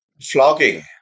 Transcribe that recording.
flogging